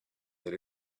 that